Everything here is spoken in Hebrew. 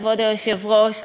כבוד היושב-ראש,